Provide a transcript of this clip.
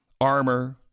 armor